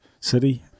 City